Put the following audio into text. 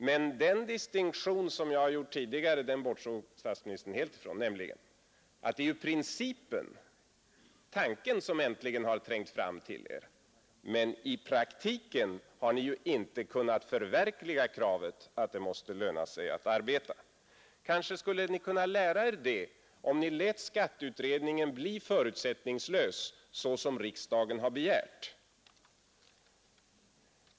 Men den distinktion som jag har gjort tidigare bortsåg statsministern helt ifrån, nämligen att det är principen, tanken, som äntligen trängt fram till er, medan ni i praktiken inte har kunnat förverkliga kravet att det måste löna sig att arbeta. Kanske skulle ni lära er det, om ni lät skatteutredningen blir förutsättningslös såsom riksdagen har begärt.